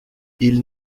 ils